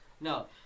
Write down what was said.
no